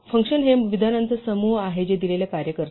function हे विधानांचा समूह आहे जे दिलेले कार्य करते